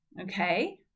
okay